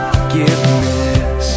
Forgiveness